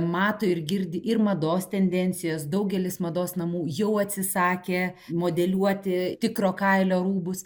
mato ir girdi ir mados tendencijas daugelis mados namų jau atsisakė modeliuoti tikro kailio rūbus